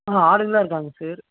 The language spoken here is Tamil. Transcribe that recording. ஆ ஆளுங்கெளெல்லாம் இருக்காங்க சார்